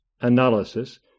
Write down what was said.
analysis